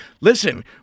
Listen